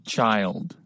Child